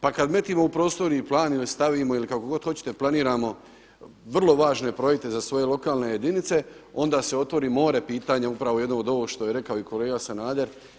Pa kad metimo u prostorni plan ili stavimo ili kako god hoćete planiramo vrlo važne projekte za svoje lokalne jedinice onda se otvori more pitanja, upravo jedno od ovog što je rekao i kolega Sanader.